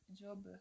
job